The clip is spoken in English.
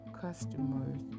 customers